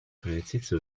превратиться